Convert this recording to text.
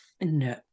No